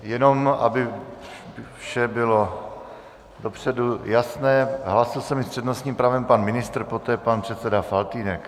Jen aby vše bylo dopředu jasné, hlásil se mi s přednostním právem pan ministr, poté pan předseda Faltýnek.